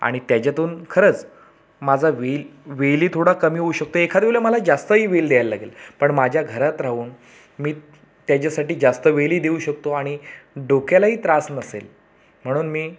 आणि त्याच्यातून खरंच माझा व्हील व्हीलई थोडा कमी होऊ शकते एखाद्या वेळेला मला जास्तही व्हील द्यायला लागेल पण माझ्या घरात राहून मी त्याच्यासाठी जास्त वेळही देऊ शकतो आणि डोक्यालाही त्रास नसेल म्हणून मी